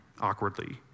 awkwardly